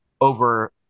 over